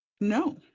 No